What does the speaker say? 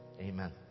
amen